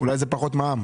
אולי זה פחות מע"מ.